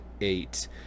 eight